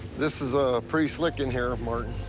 this is ah pretty slick in here, martin.